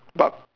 but~